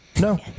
No